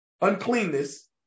uncleanness